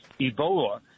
Ebola